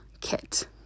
kit